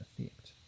effect